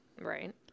Right